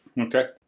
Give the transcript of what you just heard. Okay